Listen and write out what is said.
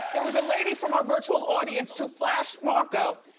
there was a lady from our virtual audience to flash marco,